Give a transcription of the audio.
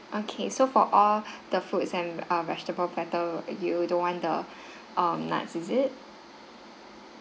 okay so for all the foods and uh vegetable platter you don't want the um nuts is it